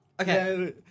Okay